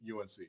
UNC